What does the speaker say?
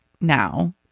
now